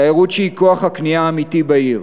התיירות שהיא כוח הקנייה האמיתי בעיר,